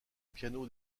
piano